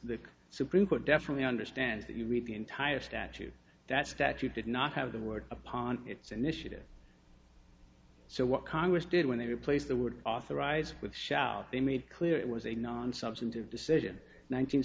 supreme court definitely understands that you read the entire statute that statute did not have the word upon its initiative so what congress did when they replaced the word authorize with shout they made clear it was a non substantive decision nine